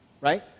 Right